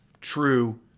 true